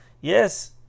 Yes